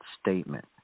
statement